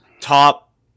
top